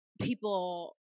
people